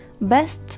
best